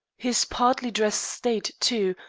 his partly dressed state, too,